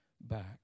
back